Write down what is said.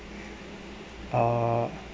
uh